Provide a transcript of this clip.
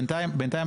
בינתיים,